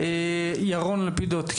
ירון לפידות.